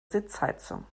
sitzheizung